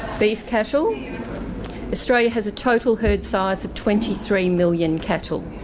beef cattle australia has a total herd size of twenty three million cattle,